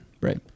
Right